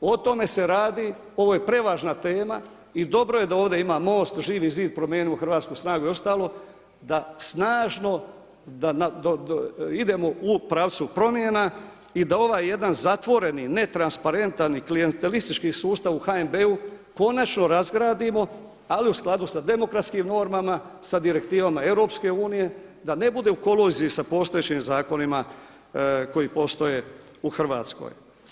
O tome se radi, ovo je prevažna tema i dobro je da ovdje ima MOST, Živi zid, Promijenimo Hrvatsku, Snagu i ostalo da snažno idemo u pravcu promjena i da ovaj jedan zatvoreni netransparentan i klijentelistički sustav u HNB-u konačno razgradimo ali u skladu sa demokratskim normama, sa direktivama EU da ne bude u koliziji sa postojećim zakonima koji postoje u Hrvatskoj.